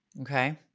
Okay